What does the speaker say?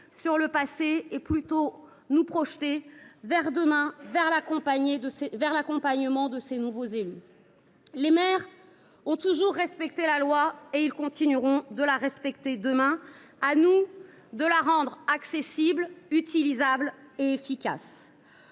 sur le passé et veiller plutôt à nous projeter vers demain, dans l’accompagnement de ces nouveaux élus. Les maires ont toujours respecté la loi et ils continueront de la respecter demain. À nous de la rendre accessible, utilisable et efficace.